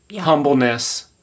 humbleness